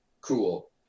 cool